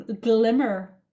glimmer